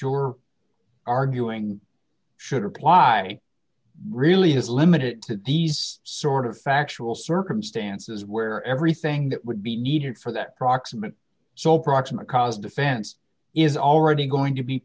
you're arguing should apply really has limited it to these sort of factual circumstances where everything that would be needed for that proximate so proximate cause defense is already going to be